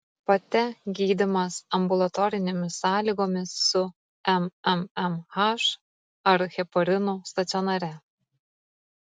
pate gydymas ambulatorinėmis sąlygomis su mmmh ar heparinu stacionare